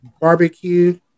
Barbecue